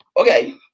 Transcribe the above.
Okay